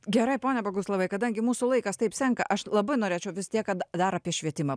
gerai pone boguslavai kadangi mūsų laikas taip senka aš labai norėčiau vis tiek kad dar apie švietimą